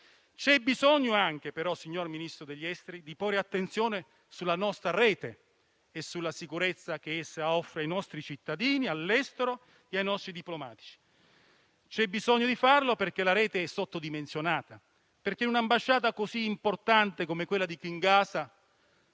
bisogno, però, signor Ministro degli affari esteri, di porre l'attenzione sulla nostra rete e sulla sicurezza che essa offre ai nostri cittadini all'estero e ai nostri diplomatici. C'è bisogno di farlo, perché è sottodimensionata: in un'ambasciata importante come quella di *Kinshasa*